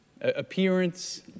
appearance